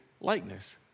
likeness